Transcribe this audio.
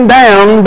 down